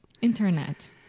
Internet